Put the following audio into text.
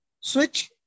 Switch